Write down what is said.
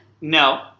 No